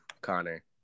Connor